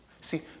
See